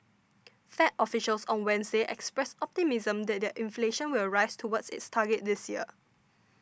fed officials on Wednesday expressed optimism that inflation will rise toward its target this year